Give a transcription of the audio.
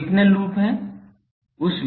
तो कितने लूप हैं